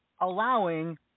allowing